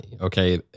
okay